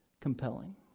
compelling